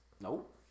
Nope